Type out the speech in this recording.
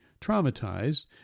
traumatized